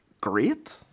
great